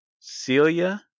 Celia